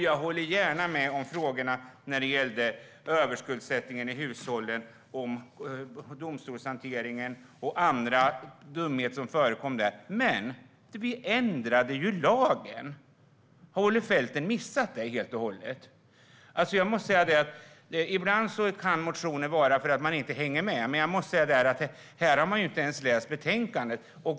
Jag håller gärna med om det som gäller överskuldsättningen i hushållen, domstolshanteringen och andra dumheter som förekommer i det sammanhanget. Men vi ändrade ju lagen. Har Olle Felten missat det helt och hållet? Ibland hänger man inte med i olika motioner, men här har man ju inte ens läst betänkandet.